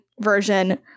version